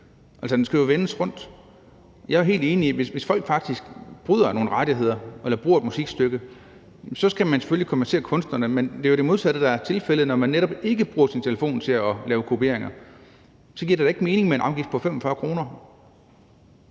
Den skal jo vendes rundt. Jeg er jo helt enig i, at hvis folk faktisk forbryder sig mod nogle rettigheder eller bruger et musikstykke, så skal man selvfølgelig kompensere kunstnerne, men det er jo det modsatte, der er tilfældet, når man netop ikke bruger sin telefon til at foretage kopieringer. Så giver det da ikke mening med en afgift på 45 kr.